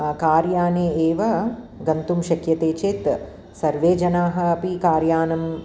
car याने एव गन्तुं शक्यते चेत् सर्वे जनाः अपि कार् यानं